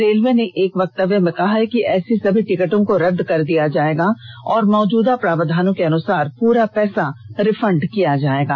railway ने एक वक्तव्य में कहा है कि ऐसी सभी टिकटों को रद्द कर दिया जाएगा और मौजूदा प्रावधानों के अनुसार पूरा पैसा रिफंड किया जाएगा